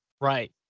Right